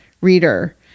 reader